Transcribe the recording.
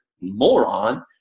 moron